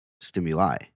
stimuli